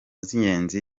z’ingenzi